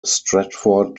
stratford